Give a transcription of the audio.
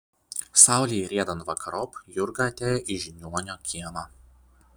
saulei riedant vakarop jurga atėjo į žiniuonio kiemą